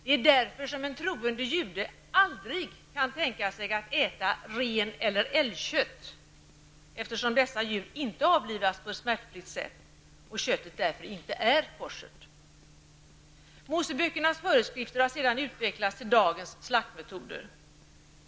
Det är därför en troende jude aldrig kan tänka sig att äta ren eller älgkött, eftersom dessa djur inte avlivas på ett smärtfritt sätt och köttet därför inte är koscher. Moseböckernas föreskrifter har senare utvecklats till dagens slaktmetoder.